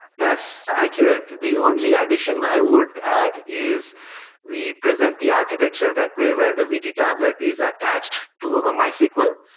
that's accurate. the only addition i would add is we present the architecture that way where the vt tablet is attached to over mysql.